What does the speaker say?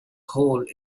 hole